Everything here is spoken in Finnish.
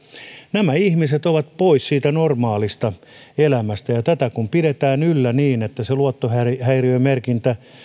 nämä ihmiset ovat pois normaalista elämästä ja tätä kun pidetään yllä niin että se luottohäiriömerkintä